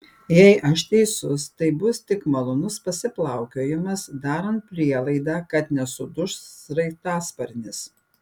jei aš teisus tai bus tik malonus pasiplaukiojimas darant prielaidą kad nesuduš sraigtasparnis